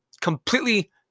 completely